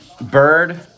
Bird